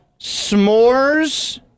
S'mores